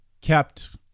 kept